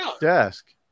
desk